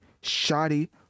shoddy